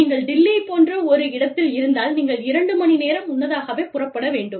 நீங்கள் டெல்லி போன்ற ஒரு இடத்தில் இருந்தால் நீங்கள் இரண்டு மணி நேரம் முன்னதாகவே புறப்பட வேண்டும்